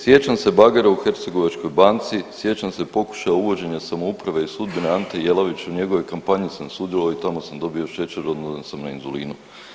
Sjećam se bagera u Hercegovačkoj banci, sjećam se pokušaja uvođenja samouprave i sudbene Ante Jelavića i njegove kampanje jer sam sudjelovao i tamo sam dobio šećer i … [[ne razumije se]] sam na inzulinu.